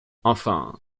enfin